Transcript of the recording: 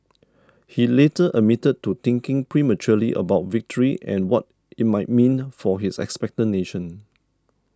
he later admitted to thinking prematurely about victory and what it might mean for his expectant nation